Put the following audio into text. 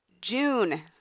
June